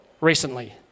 recently